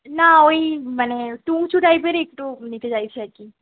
না ওই মানে একটু উঁচু টাইপের একটু নিতে চাইছি আর কি